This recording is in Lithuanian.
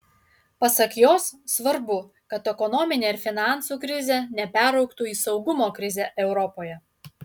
pasak jos svarbu kad ekonominė ir finansų krizė neperaugtų į saugumo krizę europoje